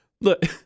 Look